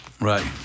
Right